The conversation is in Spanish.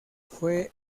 fue